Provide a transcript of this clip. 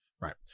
Right